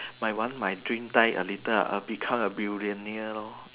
my own my dream die a little err I'll become a billionaire lor